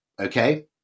okay